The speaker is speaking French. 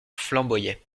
flamboyaient